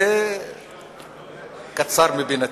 זה נבצר מבינתי.